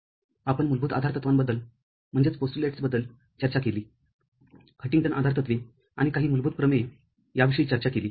आपण मूलभूत आधारतत्वांबद्दल चर्चा केली हंटिंगटन आधारतत्वे आणि काही मूलभूत प्रमेय याविषयी चर्चा केली